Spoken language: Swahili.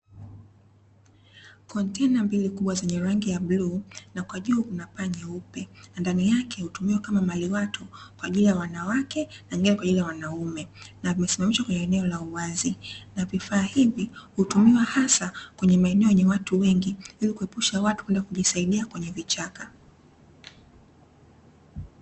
Kontena mbili kubwa zenye rangi ya bluu, na kwa juu kuna paa jeupe, ndani yake hutumiwa kama maliwato kwa ajili ya wanawake na lingine kwa ajili ya wanaume, na zimesimamishwa kwenye eneo la uwazi, na vifaa hivi hutumiwa hasa kwenye maeneo yenye watu wengi, ili kuepusha watu kwenda kujisaidia kwenye vichaka.